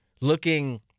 looking